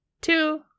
two